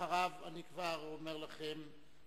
אחריו, אני כבר אומר לכם,